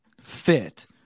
fit